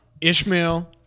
Ishmael